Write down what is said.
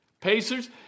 Pacers